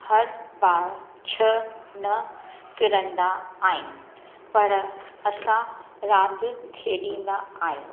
हर बार छ्ह न किरंदा आहिनि पर असां रांदि खेडींदा आहियूं